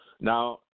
now